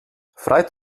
frei